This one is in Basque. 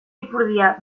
ipurdia